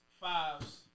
fives